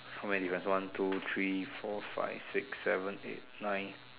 how many you got one two three four five six seven eight nine